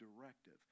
directive